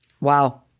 Wow